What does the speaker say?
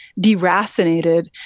deracinated